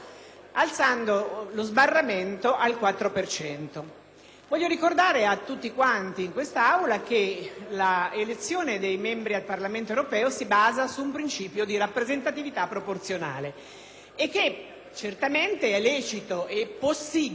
Vorrei ricordare a tutti in quest'Aula che l'elezione dei membri del Parlamento europeo si basa su un principio di rappresentatività proporzionale e che è certamente lecito e possibile, così come recita la norma, applicare una soglia di sbarramento.